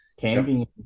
camping